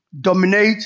dominate